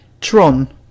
Tron